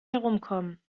herumkommen